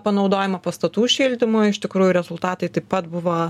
panaudojimą pastatų šildymui iš tikrųjų rezultatai taip pat buvo